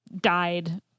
died